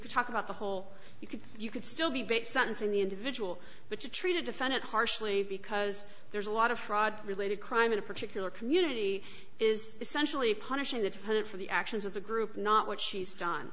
could talk about the whole you could you could still be bit sentencing the individual but to treat a defendant harshly because there's a lot of fraud related crime in a particular community is essentially punishing the to put for the actions of the group not what she's done